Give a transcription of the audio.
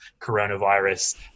coronavirus